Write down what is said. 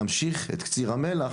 להמשיך את קציר המלח,